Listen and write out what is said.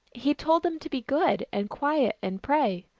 he told them to be good and quiet, and pray.